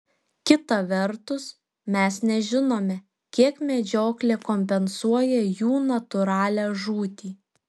kita vertus mes nežinome kiek medžioklė kompensuoja jų natūralią žūtį